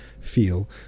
feel